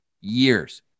years